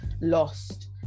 lost